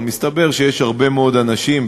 אבל מסתבר שיש הרבה מאוד אנשים,